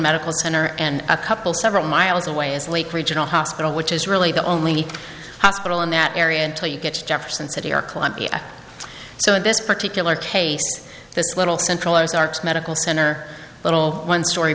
medical center and a couple several miles away is lake regional hospital which is really the only hospital in that area until you get to jefferson city or columbia so in this particular case this little centralized arks medical center a little one stor